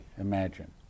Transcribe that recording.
imagine